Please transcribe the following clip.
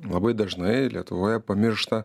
labai dažnai lietuvoje pamiršta